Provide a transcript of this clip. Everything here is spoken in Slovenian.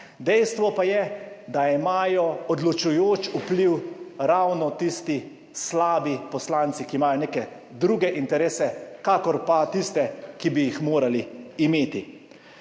Dejstvo pa je, da imajo odločujoč vpliv ravno tisti slabi poslanci, ki imajo neke druge interese, kakor pa tiste, ki bi jih morali imeti.